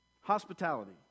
hospitality